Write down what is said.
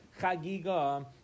Chagiga